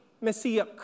Messiah